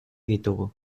ditugu